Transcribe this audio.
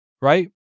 right